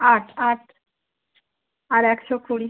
আট আট আর একশো কুড়ি